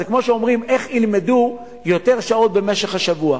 זה כמו שאומרים: איך ילמדו יותר שעות במשך השבוע?